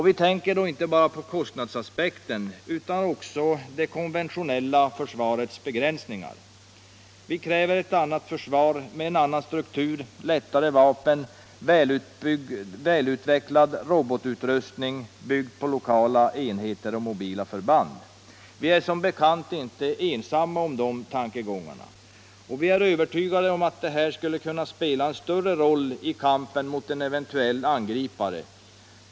Vi tänker då inte bara på kostnadsaspekten utan också på det konventionella försvarets begränsningar. Vi kräver ett annat försvar med en annan struktur, lättare vapen, välutvecklad robotutrustning och byggt på lokala enheter och mobila förband: Vi är som bekant inte ensamma om de tankegångarna, och vi är övertygade om att det försvaret skulle kunna spela en större roll än det nuvarande i kampen mot en eventuell angripare.